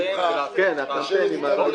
קבועה אבנר,